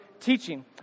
teaching